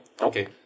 Okay